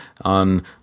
on